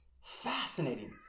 Fascinating